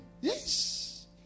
Yes